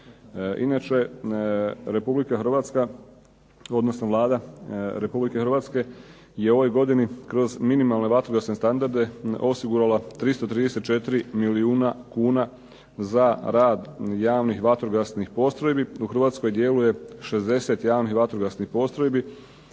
Inače, Republika Hrvatska, odnosno Vlada Republike Hrvatske je u ovoj godini kroz minimalne vatrogasne standarde osigurala 334 milijuna kuna za rad javnih vatrogasnih postrojbi, u Hrvatskoj djeluje 60 javnih vatrogasnih postrojbi